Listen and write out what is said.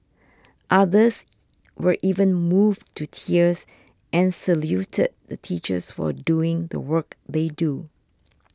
others were even moved to tears and saluted the teachers for doing the work they do